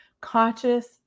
conscious